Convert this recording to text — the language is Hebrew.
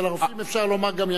אצל הרופאים אפשר לומר גם,